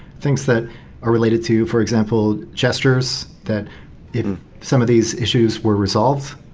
things that are related to, for example, gestures that if some of these issues were resolved,